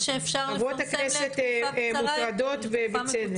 חברות הכנסת מוטרדות ובצדק.